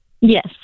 Yes